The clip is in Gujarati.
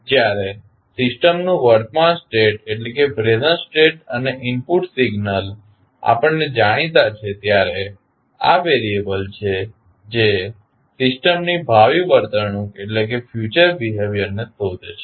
જ્યારે સિસ્ટમનું વર્તમાન સ્ટેટ અને ઇનપુટ સિગ્નલ આપણને જાણીતા છે ત્યારે આ વેરિયેબલ છે જે સિસ્ટમની ભાવિ વર્તણૂક ને શોધે છે